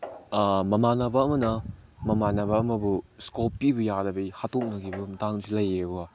ꯃꯃꯥꯟꯅꯕ ꯑꯃꯅ ꯃꯃꯥꯟꯅꯕ ꯑꯃꯕꯨ ꯏꯁꯀꯣꯞ ꯄꯤꯌꯨ ꯌꯥꯗꯕꯒꯤ ꯍꯥꯠꯇꯣꯛꯅꯈꯤꯕꯒꯤ ꯃꯇꯥꯡꯁꯨ ꯂꯩꯌꯦꯕꯀꯣ